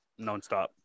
nonstop